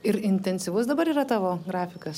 ir intensyvus dabar yra tavo grafikas